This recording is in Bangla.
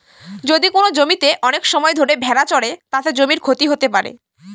যদি কোনো জমিতে অনেক সময় ধরে ভেড়া চড়ে, তাতে জমির ক্ষতি হতে পারে